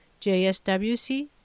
JSWC